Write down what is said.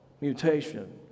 mutation